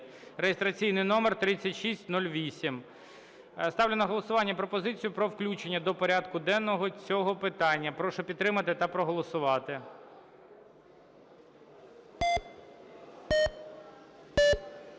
(реєстраційний номер 3608). Ставлю на голосування пропозицію про включення до порядку денного цього питання. Прошу підтримати та проголосувати.